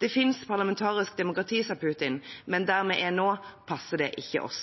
Det finnes parlamentarisk demokrati, sa Putin, men der vi er nå, passer det ikke oss.